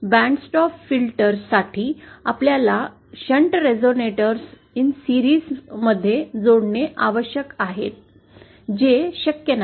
band stop filter साठी आपल्याला shunt resonators मालिके मध्ये जोडणे आवश्यक आहेत जें शक्य नाही